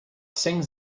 sings